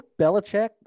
Belichick